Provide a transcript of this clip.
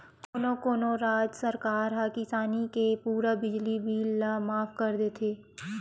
कोनो कोनो राज सरकार ह किसानी के पूरा बिजली बिल ल माफ कर देथे